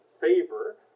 favor